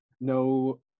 No